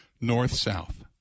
north-south